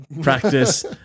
practice